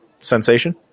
sensation